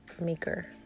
maker